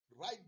Right